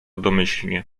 domyślnie